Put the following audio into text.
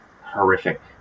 horrific